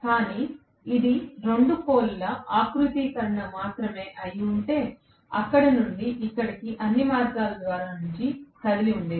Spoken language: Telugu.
కానీ ఇది 2 పోల్ ల ఆకృతీకరణ మాత్రమే అయి ఉంటే అది ఇక్కడ నుండి ఇక్కడికి అన్ని మార్గాల నుండి కదిలి ఉండేది